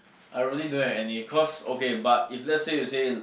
I really don't have any cause okay but if let's say you say